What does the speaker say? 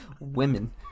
Women